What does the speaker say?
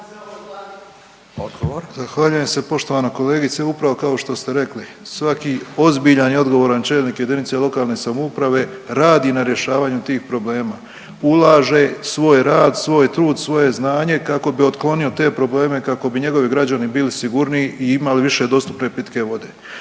Zahvaljujem se poštovana kolegice. Upravo kao što ste rekli. Svaki ozbiljan i odgovoran čelnik jedinice lokalne samouprave radi na rješavanju tih problema. Ulaže svoj rad, svoj trud, svoje znanje kako bi otklonio te probleme, kako bi njegovi građani bili sigurniji imali više dostupne pitke vode.